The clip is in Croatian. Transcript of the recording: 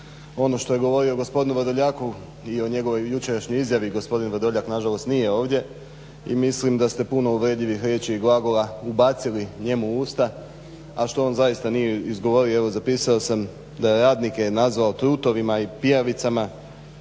Ono što je govorio gospodinu Vrdoljaku i o njegovoj jučerašnjoj izjavi. Gospodin Vrdoljak nažalost nije ovdje i mislim da ste puno uvredljivih riječi i glagola ubacili njemu u usta, a što on zaista nije izgovorio. Evo zapisao sam da je radnike nazvao trutovima i pijavicama.